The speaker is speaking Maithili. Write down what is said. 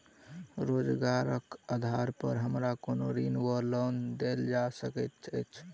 रोजगारक आधार पर हमरा कोनो ऋण वा लोन देल जा सकैत अछि?